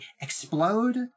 explode